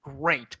great